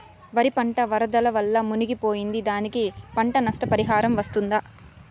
వరి పంట వరదల వల్ల మునిగి పోయింది, దానికి పంట నష్ట పరిహారం వస్తుందా?